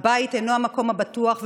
הבית אינו המקום הבטוח,